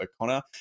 O'Connor